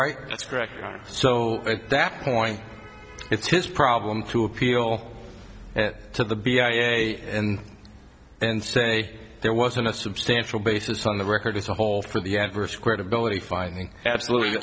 right that's correct so at that point it's his problem to appeal to the b i a and then say there wasn't a substantial basis on the record as a whole for the adverse credibility finding absolutely